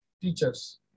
teachers